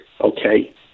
okay